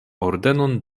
ordenon